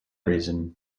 reason